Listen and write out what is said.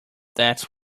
that’s